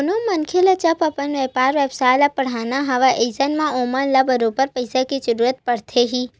कोनो मनखे ल जब अपन बेपार बेवसाय ल बड़हाना हवय अइसन म ओमन ल बरोबर पइसा के जरुरत पड़थे ही